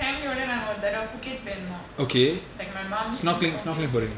family ஓடநாங்கஒருதடவபுக்கெட்போயிருந்தோம்:oda naanka oru thadava pucket poiyirundhom like my mom's office trip